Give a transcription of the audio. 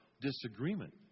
disagreement